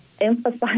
emphasize